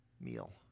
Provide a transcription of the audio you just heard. meal